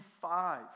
five